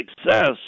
success –